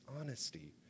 honesty